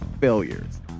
failures